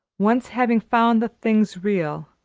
once having found the things real,